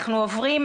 אנחנו עוברים